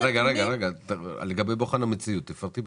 בבקשה לגבי בוחן המציאות.